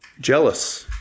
Jealous